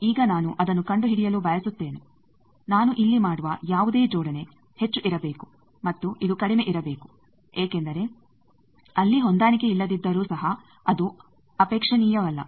ಈಗ ನಾನು ಅದನ್ನು ಕಂಡುಹಿಡಿಯಲು ಬಯಸುತ್ತೇನೆ ನಾನು ಇಲ್ಲಿ ಮಾಡುವ ಯಾವುದೇ ಜೋಡಣೆ ಹೆಚ್ಚು ಇರಬೇಕು ಮತ್ತು ಇದು ಕಡಿಮೆ ಇರಬೇಕು ಏಕೆಂದರೆ ಅಲ್ಲಿ ಹೊಂದಾಣಿಕೆಯಿಲ್ಲದಿದ್ದರೂ ಸಹ ಅದು ಅಪೇಕ್ಷಣೀಯವಲ್ಲ